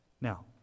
Now